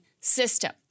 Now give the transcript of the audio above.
system